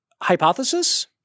hypothesis